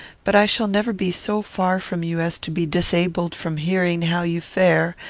but i shall never be so far from you as to be disabled from hearing how you fare,